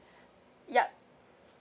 yup